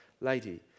lady